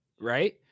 right